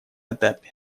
этапе